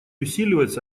усиливается